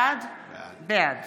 בעד